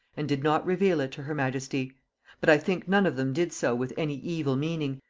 and did not reveal it to her majesty but i think none of them did so with any evil meaning,